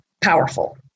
powerful